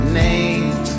name